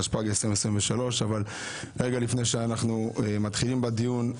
התשפ"ג 2023. רגע לפני שאנחנו מתחילים בדיון,